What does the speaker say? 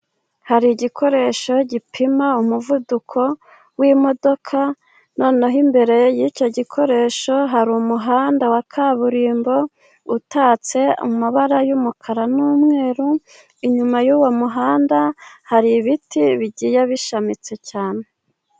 Hari igikoresho gipima umuvuduko w'imodoka, noneho imbere y'icyo gikoresho, hari umuhanda wa kaburimbo utatse amabara y'umukara, n'umweru, inyuma y'uwo muhanda hari ibiti bigiye bishamitse cyane.